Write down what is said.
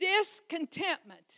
Discontentment